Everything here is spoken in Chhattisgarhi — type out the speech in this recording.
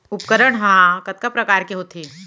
उपकरण हा कतका प्रकार के होथे?